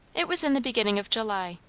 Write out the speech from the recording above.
it was in the beginning of july.